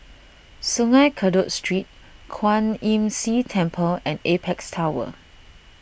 Sungei Kadut Street Kwan Imm See Temple and Apex Tower